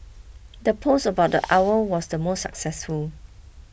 the post about the owl was the most successful